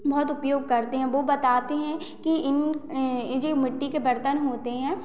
बहुत उपयोग करते हैं वो बताते हैं कि इन ए जे मिट्टी के बर्तन होते हैं